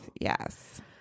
Yes